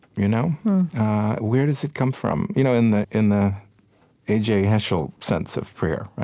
you know where does it come from? you know in the in the a j. heschel sense of prayer,